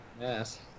Yes